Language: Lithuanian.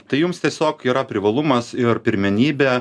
tai jums tiesiog yra privalumas ir pirmenybė